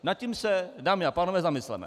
Nad tím se, dámy a pánové, zamysleme.